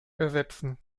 ersetzen